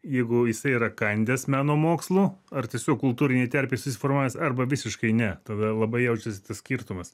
jeigu jisai yra kandęs meno mokslų ar tiesiog kultūrinėj terpėj susiformavęs arba visiškai ne tada labai jaučiasi tas skirtumas